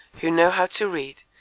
who know how to read,